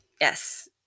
Yes